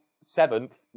seventh